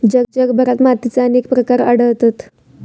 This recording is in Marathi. जगभरात मातीचे अनेक प्रकार आढळतत